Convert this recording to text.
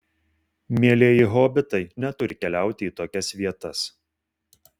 mielieji hobitai neturi keliauti į tokias vietas